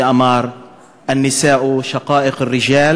שאמר (אומר דברים בשפה הערבית